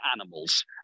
animals